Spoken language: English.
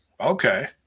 Okay